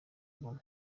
inkumi